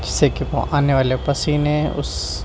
اس سے کہ وہ آنے والے پیسنے اس